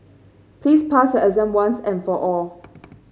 please pass your exam once and for all